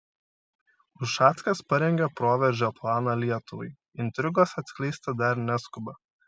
ušackas parengė proveržio planą lietuvai intrigos atskleisti dar neskuba